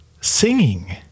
singing